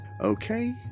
Okay